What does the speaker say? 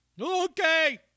Okay